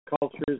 cultures